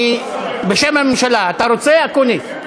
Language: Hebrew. בשם הממשלה, אתה רוצה, אקוניס?